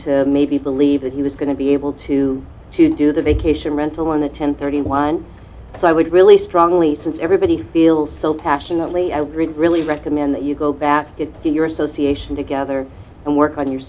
to maybe believe that he was going to be able to to do the vacation rental on the ten thirty wind so i would really strongly since everybody feel so passionately i would really really recommend that you go back to your association together and work on your